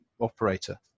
operator